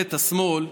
לממשלת השמאל,